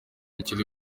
kiri